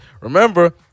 remember